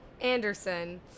Anderson